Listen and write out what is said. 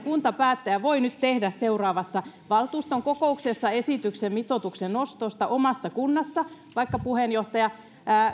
kuntapäättäjä voi nyt tehdä seuraavassa valtuuston kokouksessa esityksen mitoituksen nostosta omassa kunnassa vaikka puheenjohtaja